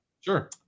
Sure